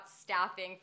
staffing